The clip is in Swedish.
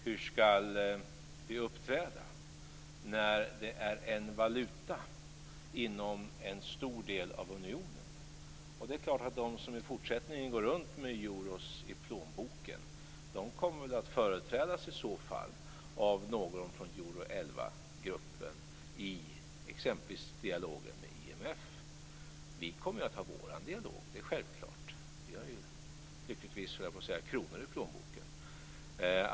Hur skall vi uppträda när det är en valuta inom en stor del av unionen? De som i fortsättningen går runt med euro i plånboken kommer väl att företrädas av någon från Euro-11-gruppen i exempelvis dialogen med IMF. Vi kommer att ha vår dialog. Det är självklart. Vi har lyckligtvis, höll jag på att säga, kronor i plånboken.